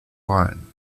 line